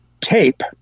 tape